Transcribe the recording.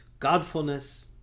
Godfulness